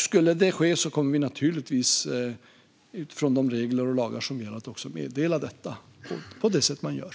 Skulle det ske kommer vi utifrån de regler och lagar som gäller att meddela detta på det sätt man gör.